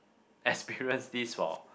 experience this for